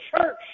church